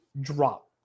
drop